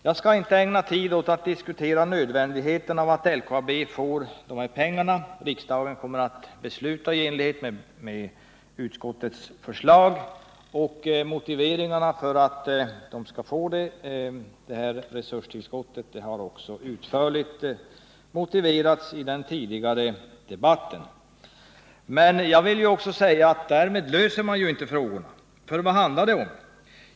Jag skall inte ägna tid åt att diskutera nödvändigheten att LKAB får dessa pengar. Riksdagen kommer att besluta i enlighet med utskottets förslag. Motiveringarna för att man skall få resurstillskottet har utförligt behandlats tidigare i debatten. Men därmed löser man inte problemen. Vad handlar det om?